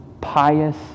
pious